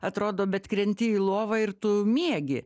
atrodo bet krenti į lovą ir tu miegi